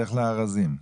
לך לארזים.